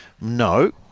No